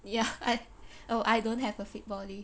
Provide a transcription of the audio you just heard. ya I oh I don't have a fit body